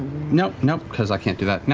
nope, nope, because i can't do that,